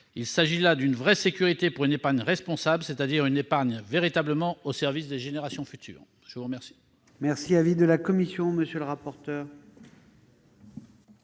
Il s'agit là d'une véritable sécurité pour une épargne responsable, c'est-à-dire une épargne véritablement au service des générations futures. Quel